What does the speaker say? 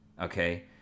Okay